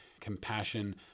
compassion